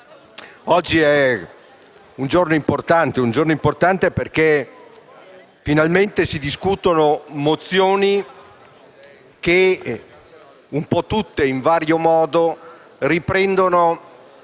oggi è un giorno importante perché finalmente si discutono mozioni che in vario modo riprendono